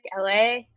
LA